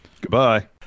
Goodbye